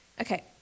Okay